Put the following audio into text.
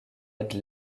aide